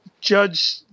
judge